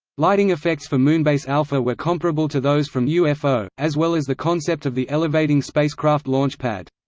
lighting effects for moonbase alpha were comparable to those from ufo, as well as the concept of the elevating spacecraft launch pad.